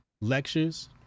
lectures